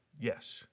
Yes